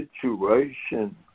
situation